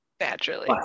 Naturally